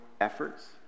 efforts